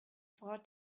far